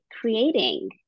creating